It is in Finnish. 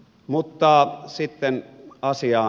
mutta sitten asiaan